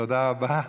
תודה רבה.